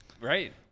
right